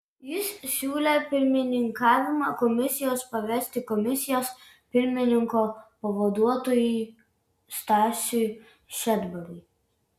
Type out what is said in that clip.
jis siūlė pirmininkavimą komisijos pavesti komisijos pirmininko pavaduotojui stasiui šedbarui